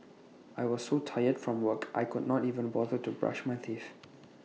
I was so tired from work I could not even bother to brush my teeth